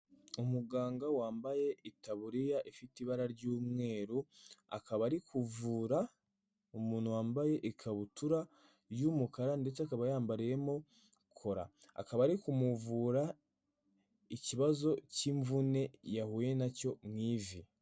Umuganga wambaye itaburiya ifite ibara ry'umweru akaba ari kuvura umuntu wambaye ikabutura y'umukara ndetse akaba yambariyemo kora, akaba ari kumuvura ikibazo cy'imvune yahuye na cyo mu ivi.